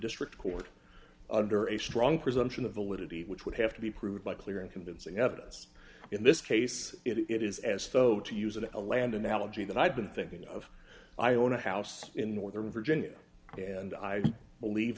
district court under a strong presumption of validity which would have to be proved by clear and convincing evidence in this case it is as though to use an a land analogy that i've been thinking of i own a house in northern virginia and i believe